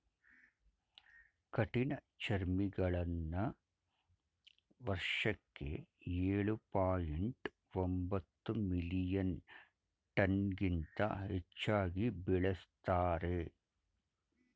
ಕಠಿಣಚರ್ಮಿಗಳನ್ನ ವರ್ಷಕ್ಕೆ ಎಳು ಪಾಯಿಂಟ್ ಒಂಬತ್ತು ಮಿಲಿಯನ್ ಟನ್ಗಿಂತ ಹೆಚ್ಚಾಗಿ ಬೆಳೆಸ್ತಾರೆ